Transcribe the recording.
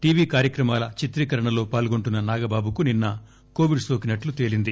TV కార్యక్రమాల చిత్రీకరణలో పాల్గొంటున్న నాగబాబుకు నిన్న కోవిడ్ సోకినట్లు తేలింది